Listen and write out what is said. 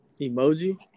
Emoji